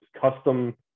custom